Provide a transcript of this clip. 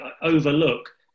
overlook